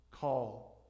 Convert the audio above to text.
call